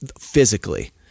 physically